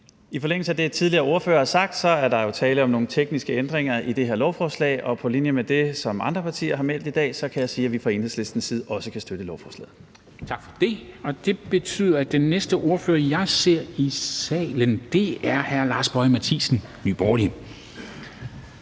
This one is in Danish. I forlængelse af det, tidligere ordførere har sagt, er der jo tale om nogle tekniske ændringer i det her lovforslag, og på linje med det, som andre partier har meldt i dag, kan jeg sige, at vi fra Enhedslistens side også kan støtte lovforslaget. Kl. 13:11 Formanden (Henrik Dam Kristensen): Tak for det. Det betyder, at den næste ordfører, jeg ser i salen, er hr. Lars Boje Mathiesen, Nye